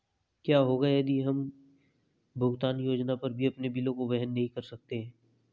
क्या होगा यदि हम भुगतान योजना पर भी अपने बिलों को वहन नहीं कर सकते हैं?